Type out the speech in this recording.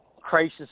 crisis